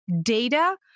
data